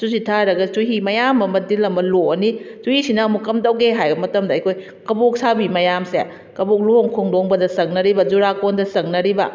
ꯆꯨꯁꯤ ꯊꯥꯔꯒ ꯆꯨꯍꯤ ꯃꯌꯥꯝ ꯑꯃ ꯗꯤꯟ ꯑꯃ ꯂꯣꯛꯑꯅꯤ ꯆꯨꯍꯤꯁꯤꯅ ꯑꯃꯨꯛ ꯀꯝꯗꯧꯒꯦ ꯍꯥꯏꯕ ꯃꯇꯝꯗ ꯑꯩꯈꯣꯏ ꯀꯕꯣꯛ ꯁꯥꯕꯤ ꯃꯌꯥꯝꯁꯦ ꯀꯕꯣꯛ ꯂꯨꯍꯣꯡ ꯈꯣꯡꯗꯣꯡꯕꯗ ꯆꯪꯅꯔꯤꯕ ꯖꯨꯔꯥ ꯀꯣꯟꯗ ꯆꯪꯅꯔꯤꯕ